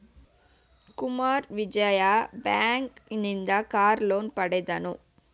Kumara Vijaya bank ಇಂದ car loan ಪಡೆದನು